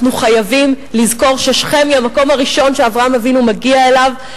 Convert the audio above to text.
אנחנו חייבים לזכור ששכם היא המקום הראשון שאברהם אבינו הגיע אליו,